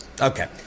Okay